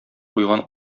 куйган